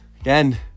Again